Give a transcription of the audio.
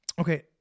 Okay